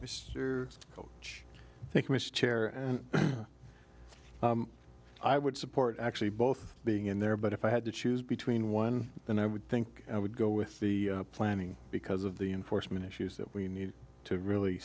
you think miss chair and i would support actually both being in there but if i had to choose between one then i would think i would go with the planning because of the enforcement issues that we need to really